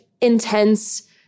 intense